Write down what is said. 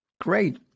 Great